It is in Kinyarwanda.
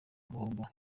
gihombo